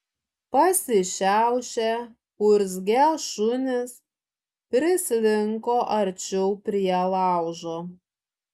pasišiaušę urzgią šunys prislinko arčiau prie laužo